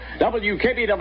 WKBW